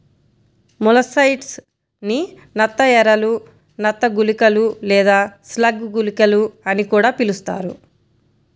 molluscicides ని నత్త ఎరలు, నత్త గుళికలు లేదా స్లగ్ గుళికలు అని కూడా పిలుస్తారు